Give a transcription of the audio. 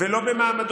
דווקא במשהו